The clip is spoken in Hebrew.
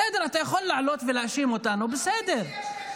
בסדר, אתה יכול לעלות ולהאשים אותנו, בסדר.